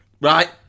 right